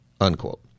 unquote